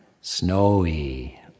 snowy